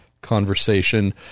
conversation